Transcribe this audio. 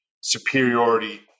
superiority